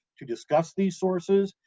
to discuss these sources,